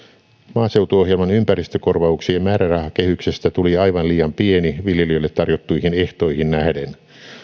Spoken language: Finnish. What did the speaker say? maaseutuohjelman ympäristökorvauksien määrärahakehyksestä tuli aivan liian pieni viljelijöille tarjottuihin ehtoihin nähden